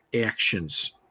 actions